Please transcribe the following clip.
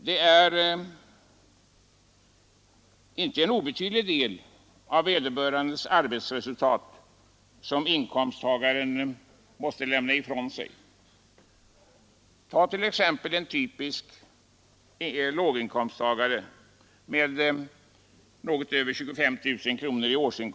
Det är inte en obetydlig del av vederbörandes arbetsresultat som inkomsttagaren måste lämna ifrån sig. Tag t.ex. en typisk låginkomsttagare med något över 25 000 kr.